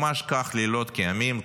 ממש כך, לילות כימים,